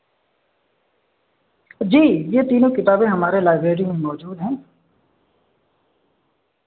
جی یہ تینوں کتابیں ہمارے لائبریری میں موجود ہیں